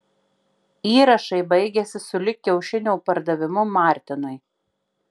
įrašai baigiasi sulig kiaušinio pardavimu martinui